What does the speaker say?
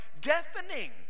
deafening